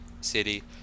City